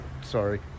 sorry